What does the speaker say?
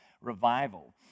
revival